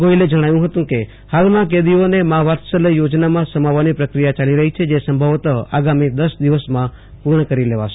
ગોહિલે જણાવ્યું હતું કે હાલમાં કેદીઓને મા વાત્સ્લય યોજનામાં સમાવવાની પ્રક્રિયા ચાલી રહી છે જે સંભવતઃ આગામી દસ દિવસમાં પૂર્ણ કરી લેવામાં આવશે